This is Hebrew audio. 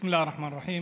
בסם אללה א-רחמאן א-רחים.